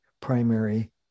primary